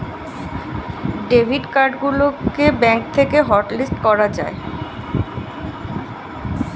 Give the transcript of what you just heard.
debit card গুলোকে bank থেকে hotlist করা যায়